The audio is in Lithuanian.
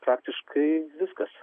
praktiškai viskas